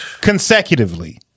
Consecutively